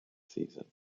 season